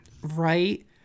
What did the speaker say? Right